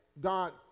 God